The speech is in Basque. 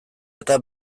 eta